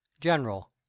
General